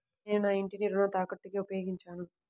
నేను నా ఇంటిని రుణ తాకట్టుకి ఉపయోగించాను